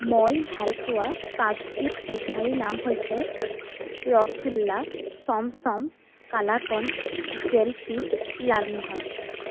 মই ভালপোৱা পাঁচবিধ মিঠাইৰ নাম হৈছে ৰসগোল্লা চমচম কালাকান্দ জেলেপি লালমোহন